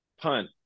punt